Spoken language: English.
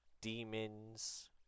Demons